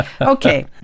Okay